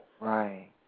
Right